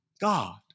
God